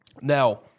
Now